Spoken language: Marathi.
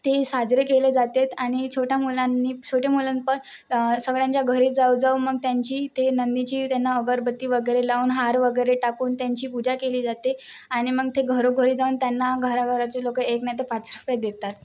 ते साजरे केले जातात आणि छोट्या मुलांनी छोटे मुलं पण सगळ्यांच्या घरी जाऊ जाऊ मग त्यांची ते नंदीची त्यांना अगरबत्ती वगैरे लावून हार वगैरे टाकून त्यांची पूजा केली जाते आणि मग ते घरोघरी जाऊन त्यांना घराघराचे लोकं एक नाही तर पाच रुपये देतात